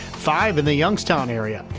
five in the youngstown area.